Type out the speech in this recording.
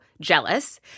jealous